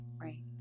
right